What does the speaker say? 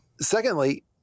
Secondly